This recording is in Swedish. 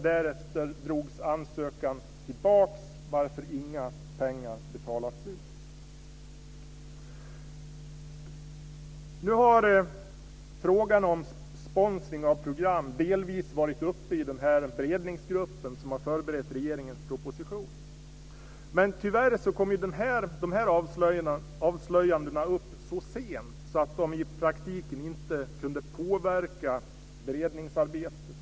Därefter drogs ansökan tillbaka, varför inga pengar betalats ut. Nu har frågan om sponsring av program delvis varit uppe i den beredningsgrupp som har förberett regeringens proposition. Men tyvärr kom dessa avslöjanden fram så sent att de i praktiken inte kunde påverka beredningsarbetet.